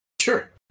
Sure